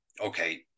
okay